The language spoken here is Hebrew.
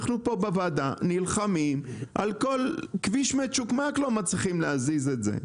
אנחנו פה בוועדה נלחמים על כל כביש מצ'וקמק לא מצליחים להזיז את זה.